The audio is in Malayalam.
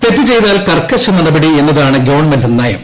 തെറ്റ് ചെയ്താൽ കർക്കൾ നട്ടപടി എന്നതാണ് ഗവൺമെന്റ് നയം